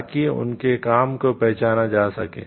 ताकि उनके काम को पहचाना जा सके